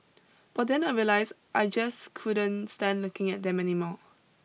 but then I realised I just couldn't stand looking at them anymore